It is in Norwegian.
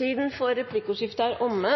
Replikkordskiftet er omme.